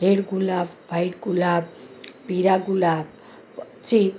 red ગુલાબ white ગુલાબ પીળા ગુલાબ પછી